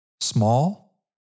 small